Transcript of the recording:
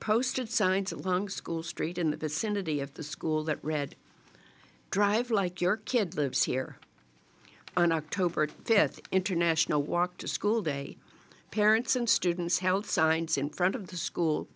posted signs along school street in the vicinity of the school that read drive like your kid lives here on october fifth international walk to school day parents and students held signs in front of the school